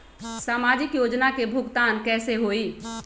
समाजिक योजना के भुगतान कैसे होई?